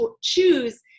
choose